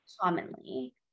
commonly